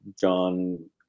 John